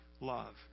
love